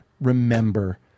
remember